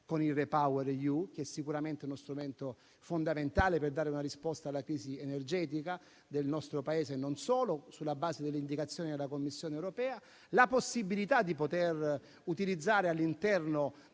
con il REPowerEU, che sicuramente è uno strumento fondamentale per dare una risposta alla crisi energetica del nostro Paese; non solo, sulla base delle indicazioni della Commissione europea, anche alla possibilità di utilizzare, all'interno